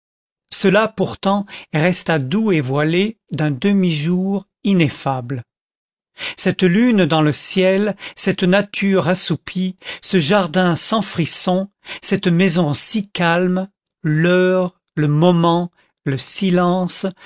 cela pourtant resta doux et voilé d'un demi-jour ineffable cette lune dans le ciel cette nature assoupie ce jardin sans un frisson cette maison si calme l'heure le moment le silence